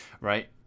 right